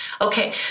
Okay